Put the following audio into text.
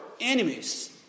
enemies